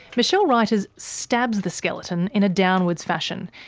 michele ruyters stabs the skeleton in a downwards fashion,